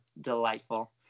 delightful